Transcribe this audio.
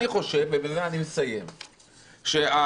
לדעתי,